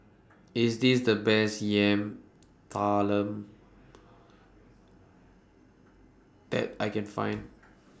IS This The Best Yam Talam that I Can Find